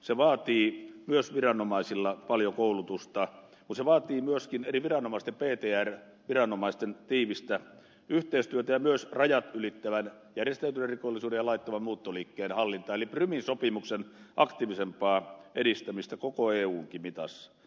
se vaatii myös viranomaisilta paljon koulutusta mutta se vaatii myöskin eri viranomaisten ptr viranomaisten tiivistä yhteistyötä ja myös rajat ylittävän järjestäytyneen rikollisuuden ja laittoman muuttoliikkeen hallintaa eli prumin sopimuksen aktiivisempaa edistämistä koko eunkin mitassa